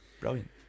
Brilliant